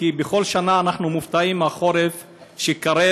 כי בכל שנה אנחנו מופתעים מהחורף שקרב,